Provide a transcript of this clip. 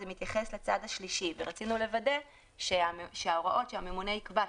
זה מתייחס לצד השלישי וכאן רצינו לוודא שההוראות שהממונה יקבע,